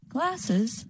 Glasses